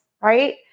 right